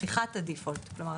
הפיכת ה- .defaultכלומר,